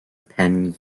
penn